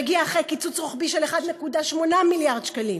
שמגיע אחרי קיצוץ רוחבי של 1.8 מיליארד שקלים,